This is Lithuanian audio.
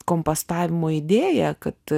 kompostavimo idėją kad